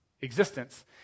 existence